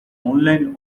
online